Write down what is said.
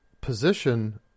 position